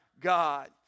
God